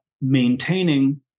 maintaining